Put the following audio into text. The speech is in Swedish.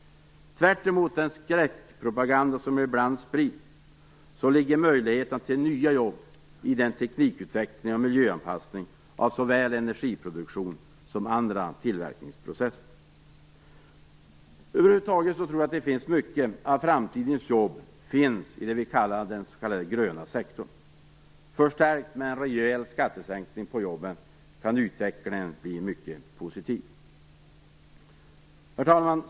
Tvärtemot den skräckpropaganda som ibland sprids ligger möjligheterna till nya jobb i en teknikutveckling och en miljöanpassning av såväl energiproduktion som andra tillverkningsprocesser. Över huvud taget tror jag att mycket av framtidens jobb finns i den s.k. gröna sektorn. Förstärkt med en rejäl skattesänkning på jobben kan utvecklingen bli mycket positiv. Herr talman!